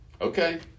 Okay